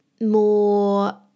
more